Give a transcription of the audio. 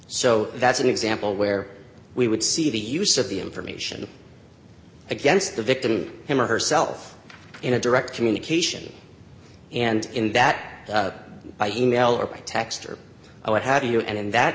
so that's an example where we would see the use of the information against the victim him or herself in a direct communication and in that by e mail or text or what have you and in that